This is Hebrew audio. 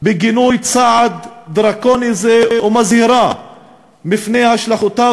בגינוי צעד דרקוני זה ומזהירה מפני השלכותיו